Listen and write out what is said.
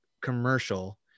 commercial